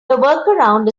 workaround